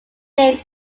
named